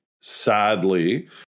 sadly